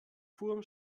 purem